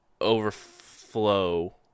overflow